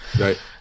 Right